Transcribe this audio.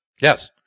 yes